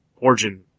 origin